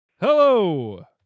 Hello